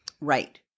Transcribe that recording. Right